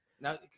Now